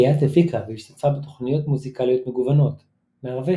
ליאת הפיקה והשתתפה בתוכניות מוזיקליות מגוונות מערבי